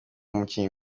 mukinyi